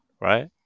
right